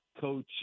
Coach